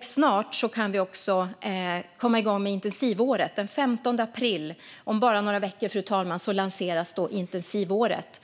Snart kan vi också komma igång med intensivåret. Den 15 april, om bara några veckor, fru talman, lanseras intensivåret.